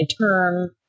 term